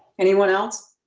anyone else?